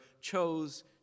chose